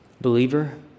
believer